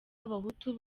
abahutu